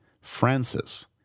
Francis